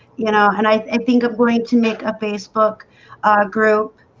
you know, and i think i'm going to make a facebook group